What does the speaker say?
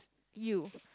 you